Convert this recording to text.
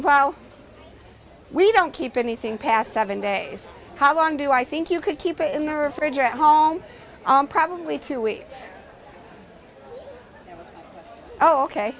well we don't keep anything past seven days how long do i think you could keep it in the refrigerator home probably two weeks oh ok